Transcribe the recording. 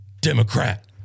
Democrat